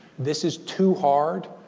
this is too hard.